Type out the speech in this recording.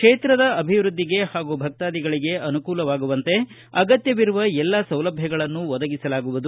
ಕ್ಷೇತ್ರದ ಅಭಿವೃದ್ಧಿಗೆ ಹಾಗೂ ಭಕ್ತಾಧಿಗಳಿಗೆ ಅನುಕೂಲವಾಗುವಂತೆ ಅಗತ್ಯವಿರುವ ಎಲ್ಲಾ ಸೌಲಭ್ಯಗಳನ್ನು ಒದಗಿಸಲಾಗುವುದು